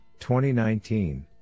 2019